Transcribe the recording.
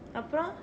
அப்புறம:appuram